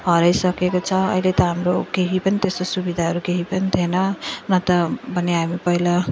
हराइसकेको छ अहिले त हाम्रो केही पनि त्यस्तो सुविधाहरू केही पनि थिएन नत्र भने हामी पहिला